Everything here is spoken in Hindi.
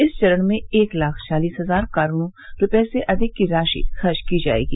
इस चरण में एक लाख चालीस हजार करोड़ रुपये से अधिक की राशि खर्च की जाएगी